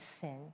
sin